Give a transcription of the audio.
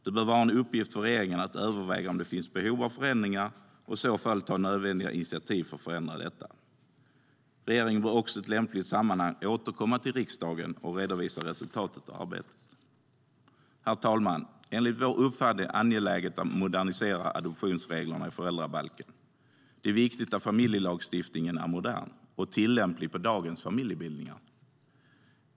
Det bör vara en uppgift för regeringen att överväga om det finns behov av förändringar och i så fall ta nödvändiga initiativ för att förändra detta. Regeringen bör också i ett lämpligt sammanhang återkomma till riksdagen och redovisa resultatet av arbetet. Herr talman! Enligt vår uppfattning är det angeläget att modernisera adoptionsreglerna i föräldrabalken. Det är viktigt att familjelagstiftningen är modern och tillämplig på dagens familjebildningar.